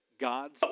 God's